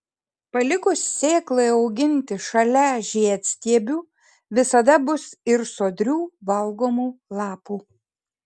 palikus sėklai auginti šalia žiedstiebių visada bus ir sodrių valgomų lapų